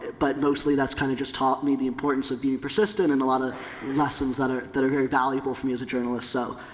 but mostly that's kind of just taught me the importance of being persistent and a lot of lessons that are, that are very valuable for me as a journalist. so,